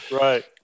right